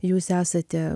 jūs esate